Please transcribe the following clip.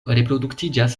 reproduktiĝas